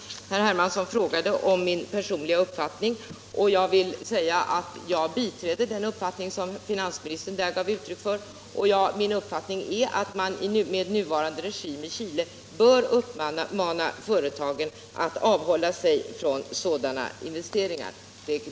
Herr Hermansson frågade om min personliga uppfattning, och jag vill säga att jag biträder den mening som finansministern gav uttryck för. Min uppfattning är att med nuvarande regim i Chile företagen bör uppmanas att avhålla sig från sådana investeringar.